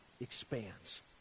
expands